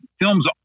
films